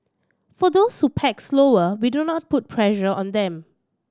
for those who pack slower we do not put pressure on them